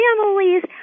families